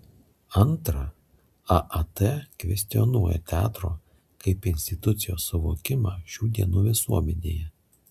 antra aat kvestionuoja teatro kaip institucijos suvokimą šių dienų visuomenėje